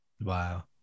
Wow